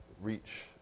reach